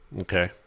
okay